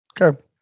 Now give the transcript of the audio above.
Okay